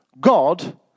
God